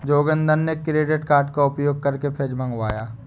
जोगिंदर ने credit card का उपयोग करके फ्रिज मंगवाया